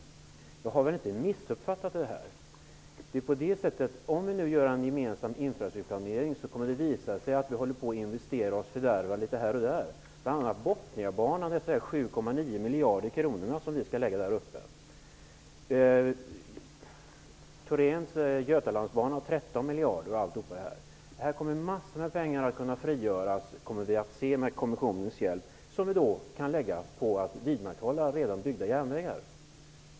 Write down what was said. Jag har väl inte missuppfattat den saken? Om vi gör en gemensam infrastrukturplanering kommer det att visa sig att vi håller på att investera oss fördärvade både här och där. Bl.a. skall vi lägga Med kommissionens hjälp kommer vi att se att massor av pengar kan frigöras här. Dem kan vi sedan lägga på att vidmakthålla redan byggda järnvägar.